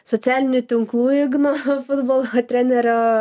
socialinių tinklų igno futbolo trenerio